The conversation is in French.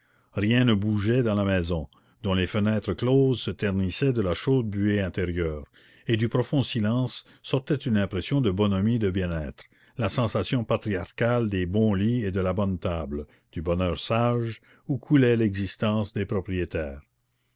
rien ne bougeait dans la maison dont les fenêtres closes se ternissaient de la chaude buée intérieure et du profond silence sortait une impression de bonhomie et de bien-être la sensation patriarcale des bons lits et de la bonne table du bonheur sage où coulait l'existence des propriétaires